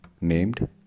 named